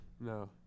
No